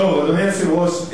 אדוני היושב-ראש,